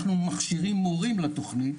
אנחנו מכשירים מורים לתכנית,